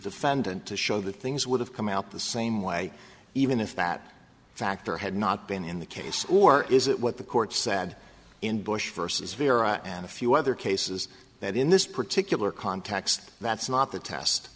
defendant to show that things would have come out the same way even if that factor had not been in the case or is it what the court sad in bush versus vera and a few other cases that in this particular context that's not the test